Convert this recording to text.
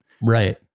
right